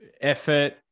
effort